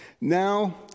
Now